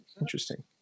interesting